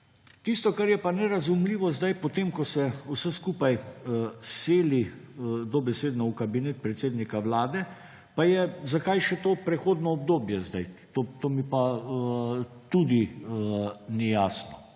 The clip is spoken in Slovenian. Tisto, kar je pa nerazumljivo zdaj potem, ko se vsi skupaj seli dobesedno v Kabinete predsednika Vlade, pa je zakaj še to prehodno odboje zdaj, to mi pa tudi ni jasno.